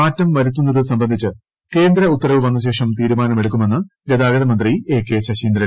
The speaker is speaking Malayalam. മാറ്റം വരുത്തുന്നത് സംബന്ധിച്ച് കേന്ദ്ര ഉത്തരവ് വന്നശേഷം തീരുമാനമെടുക്കുമെന്ന് ഗതാഗതമന്ത്രി എ കെ ശശീന്ദ്രൻ